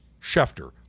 Schefter